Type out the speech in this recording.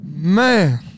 Man